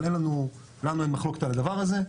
אבל לנו אין מחלוקת על הדבר הזה,